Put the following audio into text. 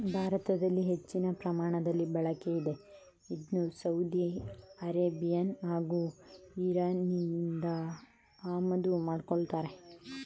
ಭಾರತದಲ್ಲಿ ಹೆಚ್ಚಿನ ಪ್ರಮಾಣದಲ್ಲಿ ಬಳಕೆಯಿದೆ ಇದ್ನ ಸೌದಿ ಅರೇಬಿಯಾ ಹಾಗೂ ಇರಾನ್ನಿಂದ ಆಮದು ಮಾಡ್ಕೋತಾರೆ